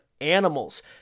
Animals